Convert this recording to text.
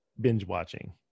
binge-watching